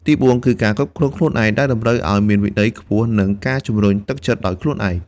ទីបួន គឺ ការគ្រប់គ្រងខ្លួនឯង ដែលតម្រូវឱ្យមានវិន័យខ្ពស់ និងការជំរុញទឹកចិត្តដោយខ្លួនឯង។